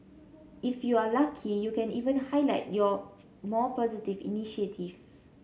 if you are lucky you can even highlight your more positive initiatives